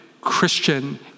Christian